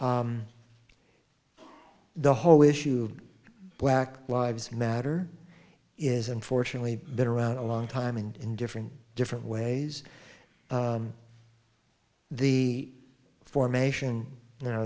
the whole issue black lives matter is unfortunately been around a long time and in different different ways the formation now